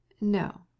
No